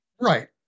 Right